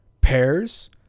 pears